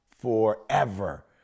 forever